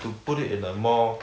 to put it in a more